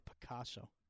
Picasso